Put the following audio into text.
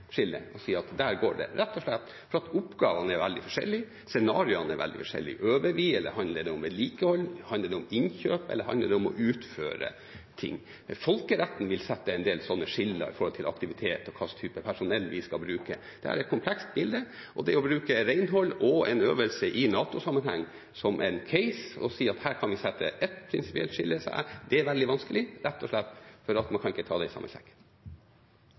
og si at der går det – rett og slett fordi oppgavene er veldig forskjellige, scenarioene er veldig forskjellige. Øver vi, eller handler det om vedlikehold? Handler det om innkjøp, eller handler det om å utføre ting? Folkeretten vil sette en del sånne skiller med tanke på aktivitet og hva slags type personell vi skal bruke. Det er et komplekst bilde, og det å bruke renhold og en øvelse i NATO-sammenheng som en case og si at her kan vi sette ett prinsipielt skille – det er veldig vanskelig, rett og slett fordi man ikke kan ta det i samme